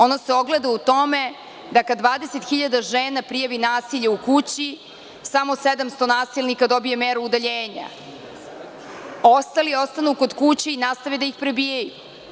Ono se ogleda u tome da kada 20.000 žena prijavi nasilje u kući, samo 700 nasilnika dobije meru udaljenja, ostali ostanu kod kuće i nastave da ih prebijaju.